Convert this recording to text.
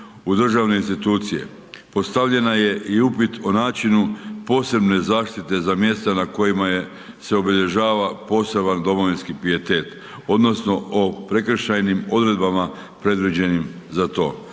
u državne institucije. Postavljena je i upit o načinu posebne zaštite za mjesta na kojima je, se obilježava poseban domovinski pijetet odnosno o prekršajnim odredbama predviđenim za to.